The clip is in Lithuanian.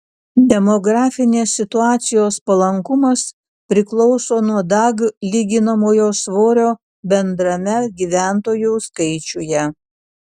demografinės situacijos palankumas priklauso nuo dag lyginamojo svorio bendrame gyventojų skaičiuje